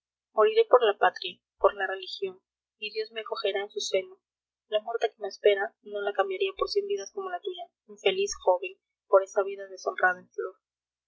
moriré por la patria por la religión y dios me acogerá en su seno la muerte que me espera no la cambiaría por cien vidas como la tuya infeliz joven por esa vida deshonrada en flor